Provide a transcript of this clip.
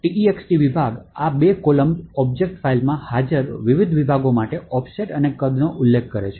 text વિભાગ આ બે કોલમ્સ ઑબ્જેક્ટ ફાઇલમાં હાજર વિવિધ વિભાગો માટે ઑફસેટ અને કદનો ઉલ્લેખ કરે છે